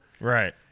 Right